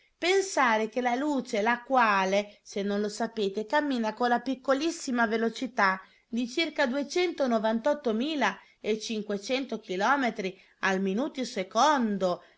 pensare che la luce la quale se non lo sapete cammina con la piccolissima velocità di circa duecento novantotto mila e cinquecento chilometri al minuto secondo